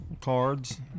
cards